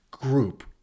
group